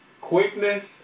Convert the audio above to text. quickness